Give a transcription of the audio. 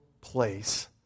place